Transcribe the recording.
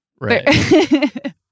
right